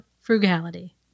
frugality